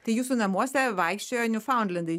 tai jūsų namuose vaikščiojo niufaundlendai